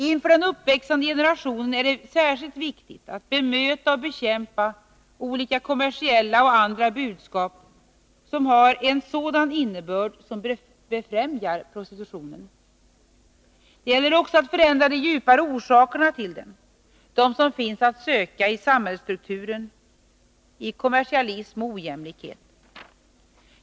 Inför den uppväxande generationen är det särskilt viktigt att bemöta och bekämpa olika kommersiella och andra budskap som har en sådan innebörd som befrämjar prostitution. Det gäller också att förändra de djupare orsaker till prostitution som finns att söka i samhällsstrukturen, kommersialismen och ojämlikheten.